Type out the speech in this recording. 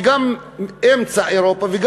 וגם אמצע אירופה,